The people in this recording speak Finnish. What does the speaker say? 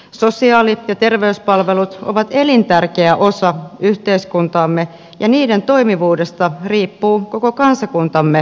sosiaali ja terveyspalvelut ovat elintärkeä osa yhteiskuntaamme ja niiden toimivuudesta riippuu koko kansakuntamme hyvinvointi